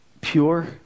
pure